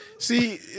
See